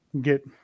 Get